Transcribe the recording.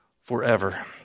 forever